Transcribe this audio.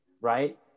Right